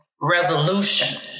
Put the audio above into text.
resolution